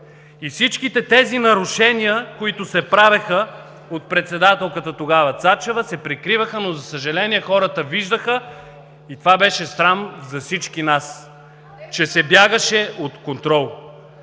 Всичките тези нарушения, които се правеха от председателката тогава Цачева, се прикриваха, но, за съжаление, хората виждаха и това беше срамно за всички нас, че се бягаше от контрол.